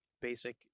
basic